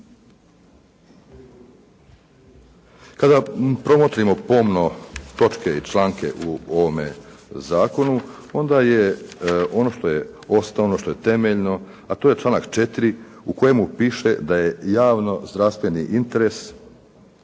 Kada promotrimo pomno točke i članke u ovome zakonu onda je ono što je osnovno, što je temeljno, a to je članak 4. u kojemu piše da je javno zdravstveni interes